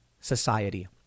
society